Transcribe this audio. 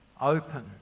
open